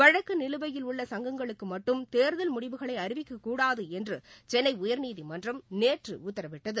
வழக்குநிலுவையில் சங்கங்களுக்குமட்டும் தேர்தல் முடிவுகளைஅறிவிக்கக் கூடாதுஎன்றுசென்னைஉயர்நீதிமன்றம் நேற்றுஉத்தரவிட்டது